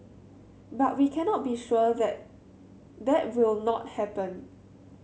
but we cannot be sure that that will not happen